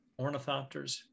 ornithopters